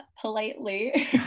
politely